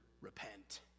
repent